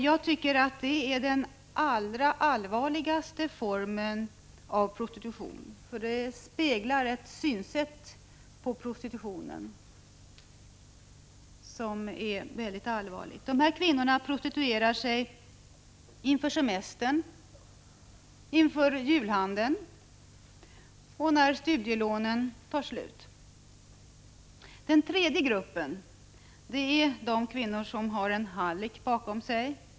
Jag tycker att detta är den allra allvarligaste formen av prostitution, eftersom den speglar en syn på prostitution som är mycket upprörande. Dessa kvinnor prostituerar sig inför semestern, inför julhandeln och när studielånen tar slut. Till den tredje gruppen hör de kvinnor som har en hallick bakom sig.